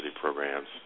programs